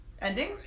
ending